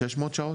600 שעות?